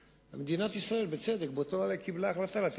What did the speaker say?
אני חושב שחובתה של מדינת ישראל להשוות את